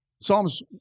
Psalms